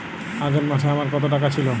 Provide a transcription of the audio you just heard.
আগের মাসে আমার কত টাকা ছিল?